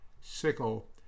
sickle